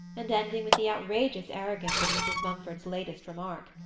and ending with the outrageous arrogance of mrs. mumford's latest remark.